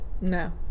no